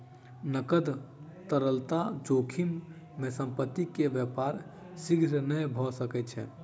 नकद तरलता जोखिम में संपत्ति के व्यापार शीघ्र नै भ सकै छै